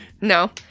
no